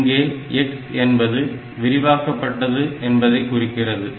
இங்கே X என்பது விரிவாக்கப்பட்டது என்பதை குறிக்கிறது